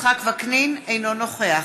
אינו נוכח